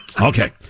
Okay